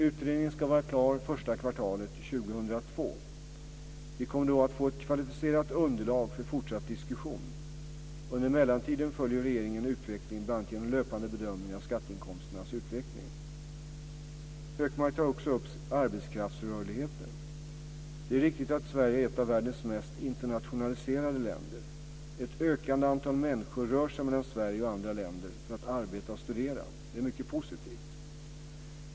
Utredningen ska vara klar första kvartalet 2002. Vi kommer då att få ett kvalificerat underlag för fortsatt diskussion. Under mellantiden följer regeringen utvecklingen bl.a. genom löpande bedömningar av skatteinkomsternas utveckling. Hökmark tar också upp arbetskraftsrörligheten. Det är riktigt att Sverige är ett av världens mest internationaliserade länder. Ett ökande antal människor rör sig mellan Sverige och andra länder för att arbeta och studera. Det är mycket positivt.